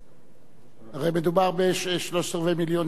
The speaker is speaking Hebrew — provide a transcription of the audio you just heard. הרי מדובר בשלושת-רבעי מיליון שקל בשביל,